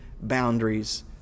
boundaries